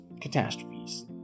catastrophes